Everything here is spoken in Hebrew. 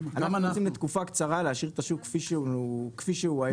אנחנו רוצים לתקופה קצרה להשאיר את השוק כפי שהוא היום.